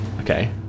okay